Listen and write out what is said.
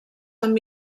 amb